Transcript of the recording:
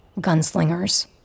Gunslingers